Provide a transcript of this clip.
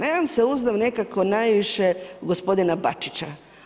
Ja vam se uzdam nekako najviše u gospodina Bačića.